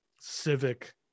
civic